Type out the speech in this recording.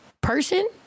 person